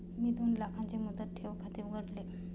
मी दोन लाखांचे मुदत ठेव खाते उघडले